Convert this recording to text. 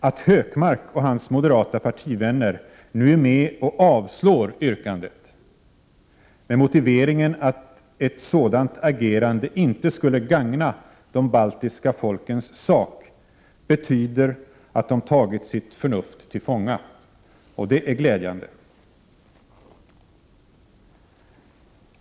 Att Hökmark och hans moderata partivänner nu går med på att avslå yrkandet — med motiveringen att ett sådant agerande inte skulle gagna de baltiska folkens sak — betyder att de tagit sitt förnuft till fånga, och det är glädjande.